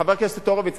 חבר הכנסת הורוביץ,